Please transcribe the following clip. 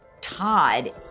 Todd